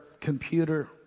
computer